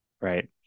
right